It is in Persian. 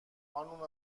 خانم